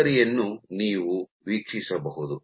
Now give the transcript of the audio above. ಮಾದರಿಯನ್ನು ನೀವು ವೀಕ್ಷಿಸಬಹುದು